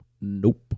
Nope